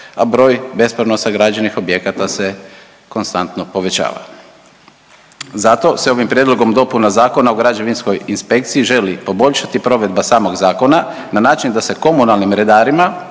a broj bespravno sagrađenih objekata se konstantno povećava. Zato se ovim Prijedlogom dopuna Zakona o građevinskoj inspekciji želi poboljšati provedba samoga zakona na način da se komunalnim redarima